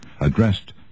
addressed